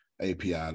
api